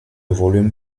volume